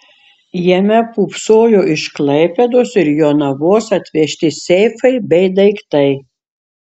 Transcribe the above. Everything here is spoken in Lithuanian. jame pūpsojo iš klaipėdos ir jonavos atvežti seifai bei daiktai